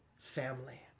family